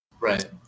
right